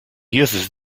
uses